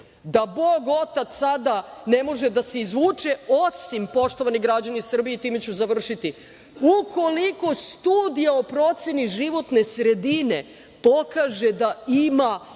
da Bog otac sada ne može da se izvuče, osim, poštovani građani Srbije, i time ću završiti, ukoliko Studija o proceni životne sredine pokaže da ima